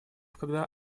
когда